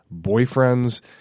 boyfriends